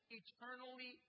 eternally